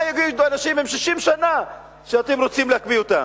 מה יגידו אנשים עם 60 שנה שאתם רוצים להקפיא אותם?